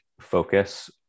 focus